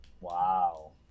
Wow